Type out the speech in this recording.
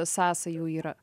sąsajų yra